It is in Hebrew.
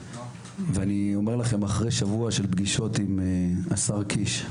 ואני אומר לכם, אחרי שבוע של פגישות עם השר קיש,